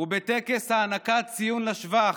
הוא בטקס הענקת ציון לשבח,